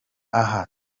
aha